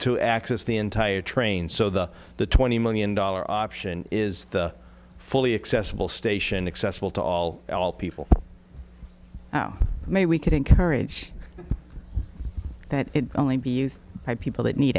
to access the entire train so the the twenty million dollar option is the fully accessible station accessible to all people maybe we could encourage that it only be used by people that need